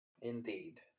Indeed